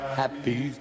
happy